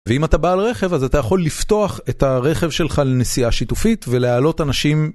ואם אתה בעל רכב אז אתה יכול לפתוח את הרכב שלך לנסיעה שיתופית ולהעלות אנשים.